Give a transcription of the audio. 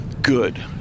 Good